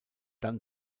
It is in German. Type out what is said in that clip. dann